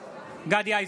(קורא בשמות חברי הכנסת) גדי איזנקוט,